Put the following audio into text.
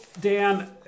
Dan